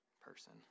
person